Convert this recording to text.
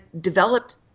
developed